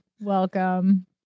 welcome